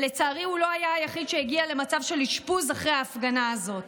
לצערי הוא לא היה היחיד שהגיע למצב של אשפוז אחרי ההפגנה הזאת.